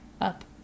up